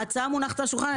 ההצעה מונחת על השולחן.